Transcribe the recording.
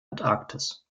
antarktis